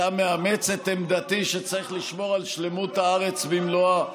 אתה מאמץ את עמדתי שצריך לשמור על שלמות הארץ במלואה,